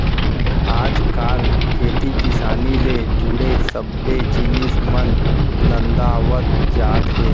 आज काल खेती किसानी ले जुड़े सब्बे जिनिस मन नंदावत जात हें